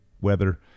weather